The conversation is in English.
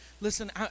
Listen